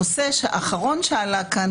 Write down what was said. הנושא האחרון שעלה כאן,